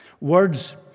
words